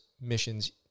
missions